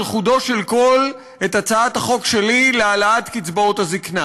חודו של קול את הצעת החוק שלי להעלאת קצבאות הזיקנה.